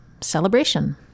Celebration